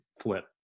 flip